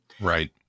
Right